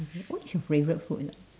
re~ what is your favourite food